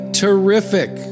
terrific